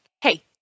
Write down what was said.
hey